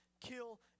kill